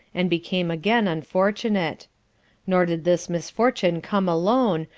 and became again unfortunate nor did this misfortune come alone,